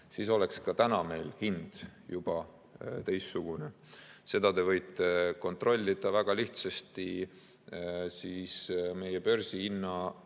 siis oleks ka täna see hind juba teistsugune. Seda te võite kontrollida väga lihtsasti meie börsihinna